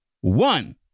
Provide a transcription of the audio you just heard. one